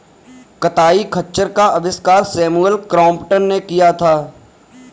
कताई खच्चर का आविष्कार सैमुअल क्रॉम्पटन ने किया था